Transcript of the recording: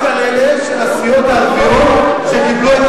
רק על אלה של הסיעות הערביות שקיבלו את